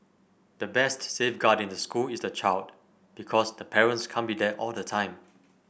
the best safeguard in the school is the child because the parents can't be there all the time